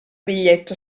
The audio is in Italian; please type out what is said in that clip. biglietto